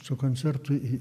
su koncertu į